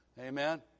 Amen